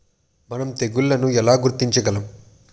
మనం తెగుళ్లను ఎలా గుర్తించగలం?